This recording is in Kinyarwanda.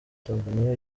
tanzania